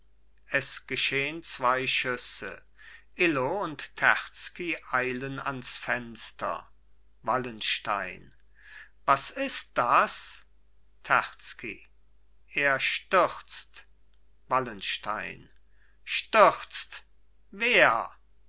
es geschehn zwei schüsse illo und terzky eilen ans fenster wallenstein was ist das terzky er stürzt wallenstein stürzt wer